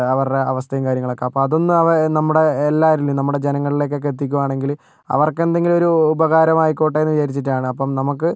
അവരുടെ അവസ്ഥയും കാര്യങ്ങളൊക്കെ അപ്പം അതൊന്നും അവ നമ്മുടെ എല്ലാവരിലും നമ്മുടെ ജനങ്ങളിലേക്കൊക്കെ എത്തിക്കുകയാണെങ്കിൽ അവർക്കെന്തെങ്കിലും ഒരു ഉപകാരമായിക്കോട്ടെയെന്ന് വിചാരിച്ചിട്ടാണ് അപ്പം നമുക്ക്